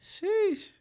sheesh